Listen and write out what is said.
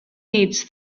needs